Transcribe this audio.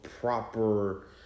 proper